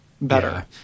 better